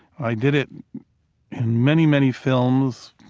i did it in many, many films,